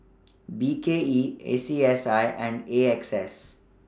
B K E A C S I and A X S